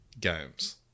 games